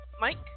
Mike